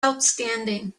outstanding